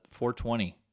420